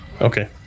Okay